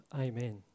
Amen